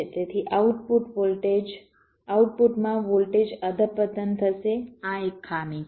તેથી આઉટપુટમાં વોલ્ટેજ અધપતન થશે આ એક ખામી છે